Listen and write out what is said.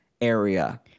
area